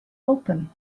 open